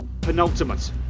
penultimate